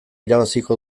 irabaziko